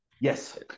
Yes